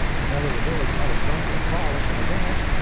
whenever the village had a drunken frolic and a dance,